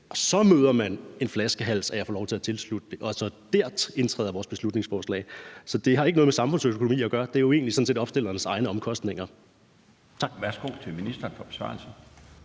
så møder en flaskehals, så – dér – indtræder vores beslutningsforslag. Så det har ikke noget med samfundsøkonomi at gøre. Det er jo sådan set egentlig opstillerens egne omkostninger.